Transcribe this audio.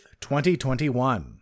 2021